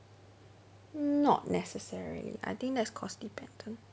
mm not necessarily I think that's course dependent